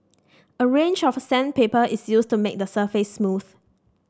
a range of sandpaper is used to make the surface smooth